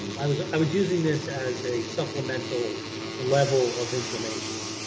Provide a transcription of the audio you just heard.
i was i was using this as a supplemental level of information.